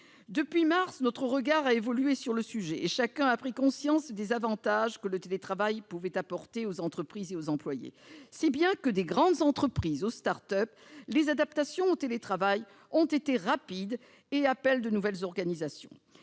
Depuis mars, notre regard sur le sujet a évolué et chacun a pris conscience des avantages que le télétravail pouvait apporter aux entreprises et aux salariés, si bien que, des grandes entreprises aux start-up, les adaptations ont été rapides et de nouvelles organisations